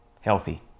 Healthy